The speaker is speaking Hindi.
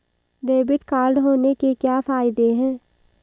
डेबिट कार्ड होने के क्या फायदे हैं?